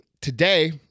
today